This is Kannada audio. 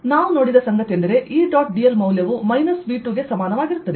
ಮತ್ತು ನಾವು ನೋಡಿದ ಸಂಗತಿಯೆಂದರೆ E ಡಾಟ್ dl ಮೌಲ್ಯವು ಮೈನಸ್ V ಗೆ ಸಮಾನವಾಗಿರುತ್ತದೆ